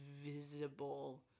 visible